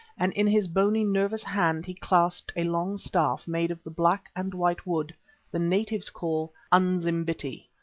and in his bony, nervous hand he clasped a long staff made of the black and white wood the natives call unzimbiti,